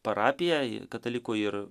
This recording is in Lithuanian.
parapija katalikų ir